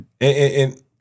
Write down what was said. and-